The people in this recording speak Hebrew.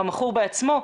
המכור בעצמו,